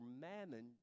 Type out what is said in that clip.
mammon